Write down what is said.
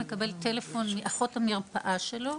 מקבל טלפון מאחות המרפאה שלו,